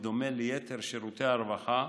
בדומה ליתר שירותי הרווחה,